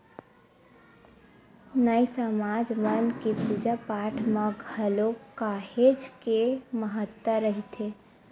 नाई समाज मन के पूजा पाठ म घलो काहेच के महत्ता रहिथे